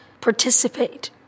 participate